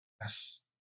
yes